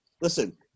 listen